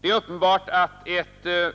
Det är uppenbart att ett